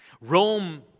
Rome